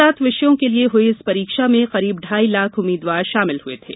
सात विषयों के लिये हुई इस परीक्षा में करीब ढाई लाख उम्मीद्वार शामिल हुए थे